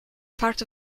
part